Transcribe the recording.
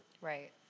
Right